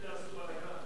אלה עשו בלגן.